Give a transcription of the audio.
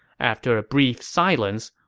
after a brief silence,